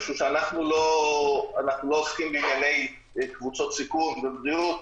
משום שאנחנו לא עוסקים בענייני קבוצות סיכון ובריאות.